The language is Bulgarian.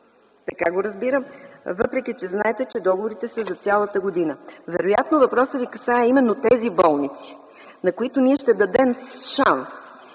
Така го разбирам, въпреки че знаете, че договорите са за цялата година. Вероятно въпросът Ви касае именно тези болници, на които ние ще дадем шанс